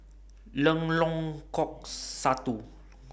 Lengkong Satu